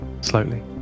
slowly